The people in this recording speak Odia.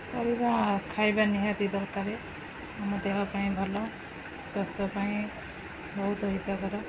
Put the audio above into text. ପରିବା ଖାଇବା ନିହାତି ଦରକାର ଆମ ଦେହ ପାଇଁ ଭଲ ସ୍ୱାସ୍ଥ୍ୟ ପାଇଁ ବହୁତ ହିତକର